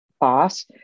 boss